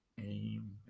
Amen